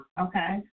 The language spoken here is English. Okay